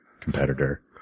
competitor